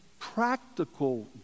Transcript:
practical